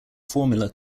formula